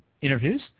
interviews